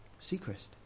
Seacrest